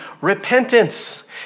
repentance